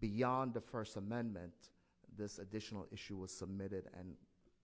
beyond the first amendment this additional issue was submitted and